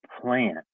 plan